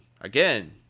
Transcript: again